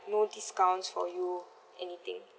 no discounts for you anything